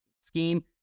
scheme